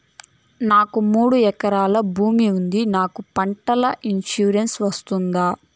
నాకు మూడు ఎకరాలు భూమి ఉంది నాకు పంటల ఇన్సూరెన్సు వస్తుందా?